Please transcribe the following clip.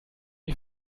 die